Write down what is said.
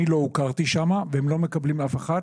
אני לא הוכרתי שם והם לא מקבלים אף אחד.